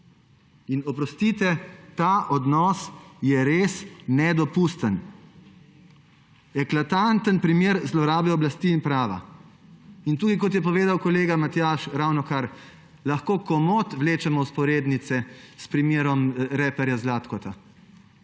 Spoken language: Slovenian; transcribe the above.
Oprostite, ta odnos je res nedopusten. Eklatanten primer zlorabe oblasti in prava. In tudi kot je ravnokar povedal kolega Matjaž, lahko vlečemo vzporednice s primerom reperja Zlatkota.